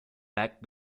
back